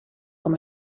com